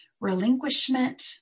relinquishment